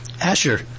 Asher